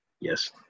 Yes